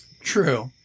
True